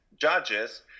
judges